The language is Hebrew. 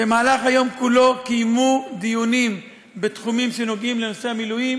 במהלך היום כולו קיימו דיונים בתחומים שנוגעים בנושא המילואים,